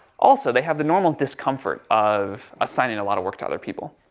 also they have the normal discomfort of assigning a lot of work to other people.